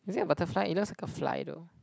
is that a butterfly it looks like a fly though